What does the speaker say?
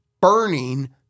burning